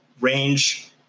range